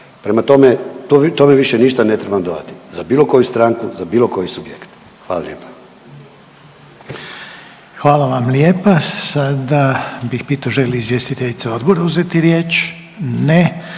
tome, tome više ništa ne trebam dodati, za bilo koju stranku, za bilo koji subjekt. Hvala lijepa. **Reiner, Željko (HDZ)** Hvala vam lijepa. Sada bih pitao želi li izvjestiteljica odbora uzeti riječ? Ne